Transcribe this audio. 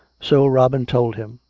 so robin told him.